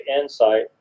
insight